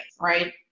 right